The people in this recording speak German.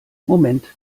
moment